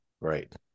Right